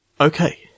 Okay